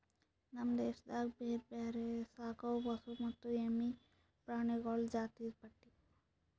ನಮ್ ದೇಶದಾಗ್ ಬ್ಯಾರೆ ಬ್ಯಾರೆ ಸಾಕವು ಹಸು ಮತ್ತ ಎಮ್ಮಿ ಪ್ರಾಣಿಗೊಳ್ದು ಜಾತಿದು ಪಟ್ಟಿ